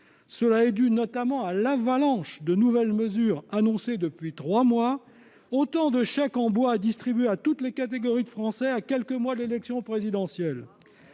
est due, notamment, à l'avalanche de nouvelles mesures annoncées depuis trois mois, autant de chèques en bois distribués à toutes les catégories de Français, à quelques mois de l'élection présidentielle.